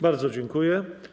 Bardzo dziękuję.